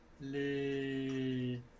les